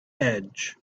edge